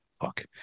Fuck